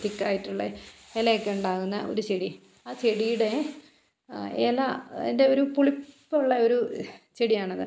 തിക്കായിട്ടുള്ള ഇലയൊക്കെ ഉണ്ടാകുന്ന ഒരു ചെടി ആ ചെടിയുടെ ഇല അതിൻ്റെ ഒരു പുളിപ്പുള്ള ഒരു ചെടിയാണത്